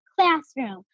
classroom